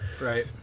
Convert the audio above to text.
Right